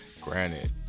granted